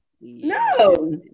no